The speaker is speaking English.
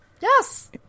Yes